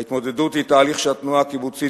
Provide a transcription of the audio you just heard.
ההתמודדות היא תהליך שהתנועה הקיבוצית,